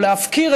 או להפקיר,